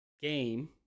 game